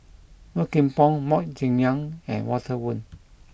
Low Kim Pong Mok Ying Jang and Walter Woon